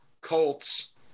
Colts